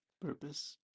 Purpose